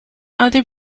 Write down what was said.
other